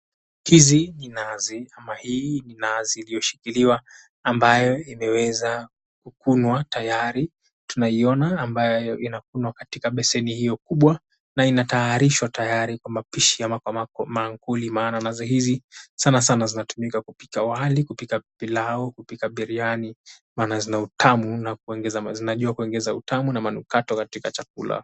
Hizi ni nazi ama hii ni nazi iliyoshikiliwa ambayo imeweza kukunwa tayari. Tunaiona ambayo inakunwa katika basini hiyo kubwa na inatayarishwa tayari kwa mapishi ama kwa maakuli maana nazo hizi sanasana zinatumika kupika wali, kupika pilau, kupika biriani maana zinautamu na zinajua kuongeza utamu na manukato katika chakula.